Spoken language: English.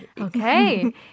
Okay